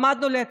למדנו לקח.